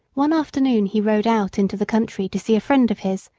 one afternoon he rode out into the country to see a friend of his,